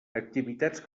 activitats